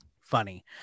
Funny